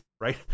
right